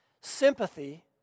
Sympathy